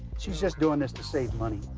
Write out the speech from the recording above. she's just doing this to save money.